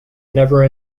never